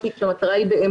זה בשקף הזה?